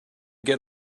get